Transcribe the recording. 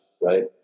right